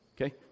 Okay